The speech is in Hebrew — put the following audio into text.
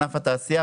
ענף התעשייה,